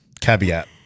caveat